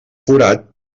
forat